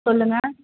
சொல்லுங்க